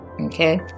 Okay